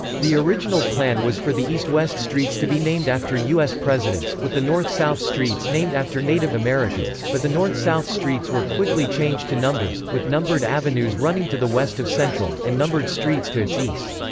the original plan was for the east-west streets to be named after u s. presidents, with the north-south streets named after native americans but the north-south streets were quickly changed to numbers, with numbered avenues running to the west of central, and numbered streets to its east.